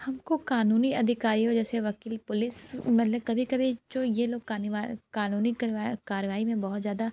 हमको कानूनी अधिकारियो जैसे वकील पुलिस मतलब कभी कभी जो यह लोग का कानूनी कार्यवाई में बहुत ज़्यादा